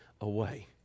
away